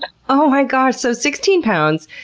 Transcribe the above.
oh my gosh. so sixteen pounds,